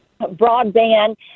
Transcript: broadband